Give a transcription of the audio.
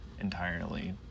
entirely